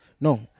No